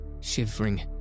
shivering